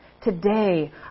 Today